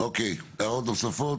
הערות נוספות?